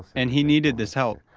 and he needed this help.